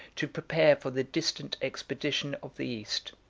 to prepare for the distant expedition of the east.